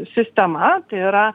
sistema tai yra